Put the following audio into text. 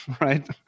right